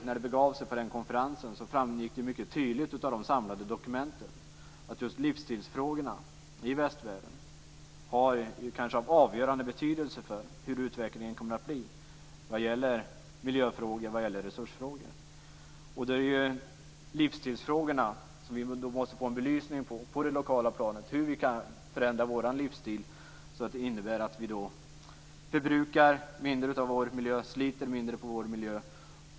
När det begav sig på konferensen i Rio framgick det mycket tydligt av de samlade dokumenten att just livsstilsfrågorna i västvärlden kanske har avgörande betydelse för hur utvecklingen kommer att bli vad gäller miljöfrågor och resursfrågor. Det är ju livsstilsfrågorna som vi måste få en belysning av på det lokala planet. Det gäller hur vi kan förändra vår livsstil så att vi förbrukar mindre av vår miljö och sliter mindre på vår miljö.